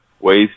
Ways